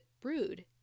brood